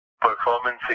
performance